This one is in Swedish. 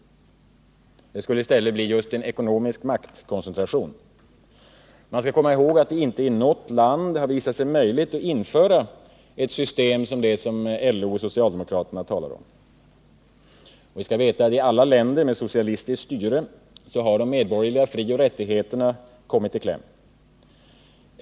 Det skulle i stället bli en ekonomisk maktkoncentration. Man skall komma ihåg att det inte i något land har visat sig möjligt att införa något sådant system som LO och socialdemokraterna talar om. I alla länder med socialistiskt styre har de medborgerliga frioch rättigheterna kommit i kläm.